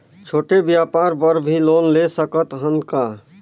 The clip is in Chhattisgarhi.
छोटे व्यापार बर भी लोन ले सकत हन का?